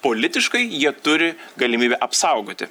politiškai jie turi galimybę apsaugoti